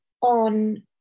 on